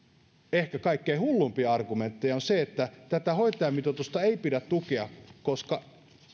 ehkä kaikkein hulluimpia argumentteja on se että tätä hoitajamitoitusta ei pidä tukea koska